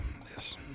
Yes